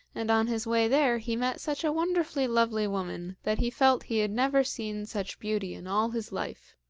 and on his way there he met such a wonderfully lovely woman that he felt he had never seen such beauty in all his life.